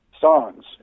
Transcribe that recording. songs